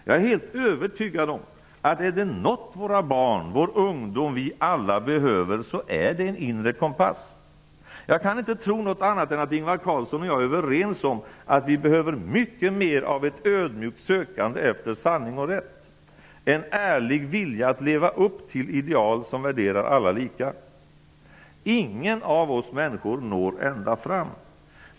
Jag är helt övertygad om att är det något våra barn, vår ungdom, vi alla behöver så är det en inre kompass. Jag kan inte tro något annat än att Ingvar Carlsson och jag är överens om att vi behöver mycket mera av ett ödmjukt sökande efter sanning och rätt, en ärlig vilja att leva upp till ideal som värderar alla lika. Ingen av oss människor når ända fram.